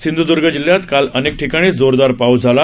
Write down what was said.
सिंधुदुर्ग जिल्ह्यात काल अनेक ठिकाणी जोरदार पाऊस झाला